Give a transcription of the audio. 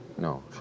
No